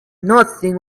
nothing